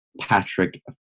Patrick